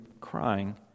crying